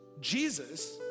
Jesus